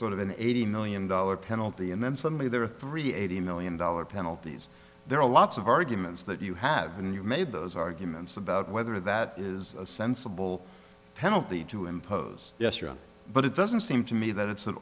sort of an eighty million dollars penalty and then suddenly there are three eighty million dollars penalties there are lots of arguments that you haven't you made those arguments about whether that is a sensible penalty to impose yes or no but it doesn't seem to me that it's